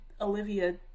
Olivia